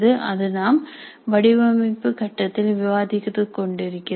அது நாம் வடிவமைப்பு கட்டத்தில் விவாதித்துக் கொண்டிருக்கிறோம்